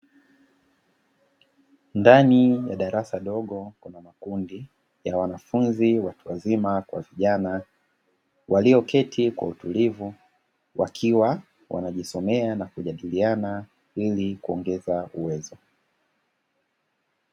Ndani ya darasa dogo kuna makundi ya wanafunzi watu wazima kwa vijana walioketi kwa utulivu wakiwa wanajisomea na kujadiliana ili kuongeza uwezo.